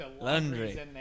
Laundry